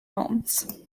homes